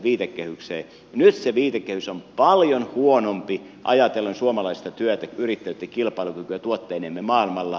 nyt se viitekehys on paljon huonompi ajatellen suomalaista työtä yrittäjyyttä kilpailukykyä tuotteinemme maailmalla